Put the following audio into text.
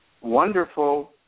wonderful